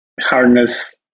harness